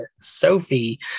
Sophie